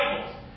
Bibles